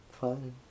Fine